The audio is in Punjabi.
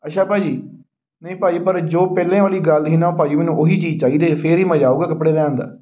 ਅੱਛਾ ਭਾਅ ਜੀ ਨਹੀਂ ਭਾਅ ਜੀ ਪਰ ਜੋ ਪਹਿਲਾਂ ਵਾਲੀ ਗੱਲ ਸੀ ਨਾ ਭਾਅ ਜੀ ਮੈਨੂੰ ਉਹੀ ਚੀਜ਼ ਚਾਹੀਦੀ ਫੇਰ ਹੀ ਮਜ਼ਾ ਆਊਗਾ ਕੱਪੜੇ ਲੈਣ ਦਾ